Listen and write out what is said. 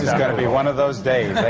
going to be one of those days.